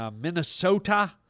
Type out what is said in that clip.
Minnesota